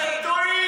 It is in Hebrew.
אתם טועים.